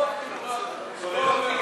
נתקבלו.